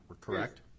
correct